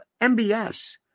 MBS